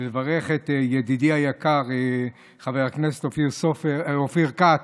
ולברך את ידידי היקר, חבר הכנסת אופיר כץ,